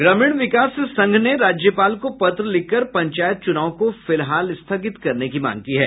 ग्रामीण विकास संघ ने राज्यपाल को पत्र लिखकर पंचायत चुनाव को फिलहाल स्थगित करने की मांग की है